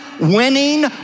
winning